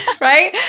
Right